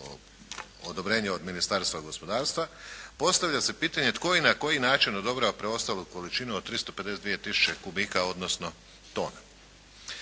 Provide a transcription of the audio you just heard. odobrenje od Ministarstva gospodarstva, postavlja se pitanje tko i na koji način odobrava preostalu količinu od 352 tisuće kubika, odnosno tona.